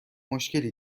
مشکلی